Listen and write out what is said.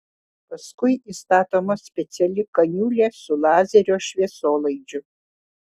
paskui įstatoma speciali kaniulė su lazerio šviesolaidžiu